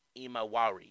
Imawari